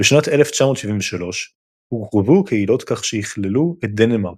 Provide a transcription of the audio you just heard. בשנת 1973 הורחבו הקהילות כך שיכללו את דנמרק,